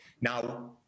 Now